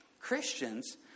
Christians